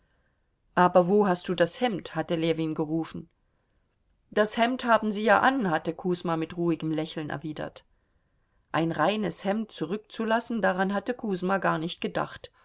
aber wo hast du das hemd hatte ljewin gerufen das hemd haben sie ja an hatte kusma mit ruhigem lächeln erwidert ein reines hemd zurückzulassen daran hatte kusma gar nicht gedacht